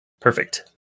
Perfect